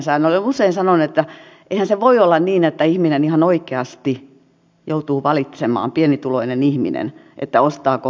olen usein sanonut että eihän se voi olla niin että pienituloinen ihminen ihan oikeasti joutuu valitsemaan ostaako ruokaa vai lääkkeitä